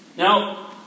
Now